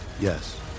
Yes